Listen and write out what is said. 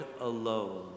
alone